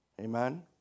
Amen